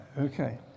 okay